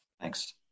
Thanks